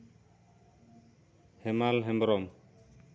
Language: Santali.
ᱦᱮᱢᱟᱞ ᱦᱮᱢᱵᱨᱚᱢ